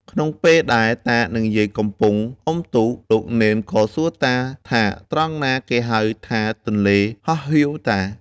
ក្នុងពេលដែលតានិងយាយកំពុងអុំទូក លោកនេន ក៏សួរតាថា ត្រង់ណាគេហៅថាទន្លេហោះហៀវតា ?